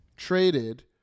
Traded